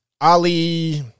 Ali